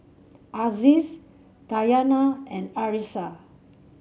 Aziz Dayana and Arissa